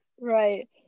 right